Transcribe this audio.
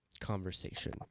conversation